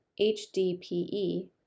HDPE